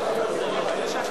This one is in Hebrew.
כזאת,